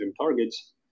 targets